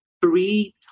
three